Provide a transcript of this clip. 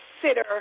consider